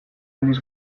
aldiz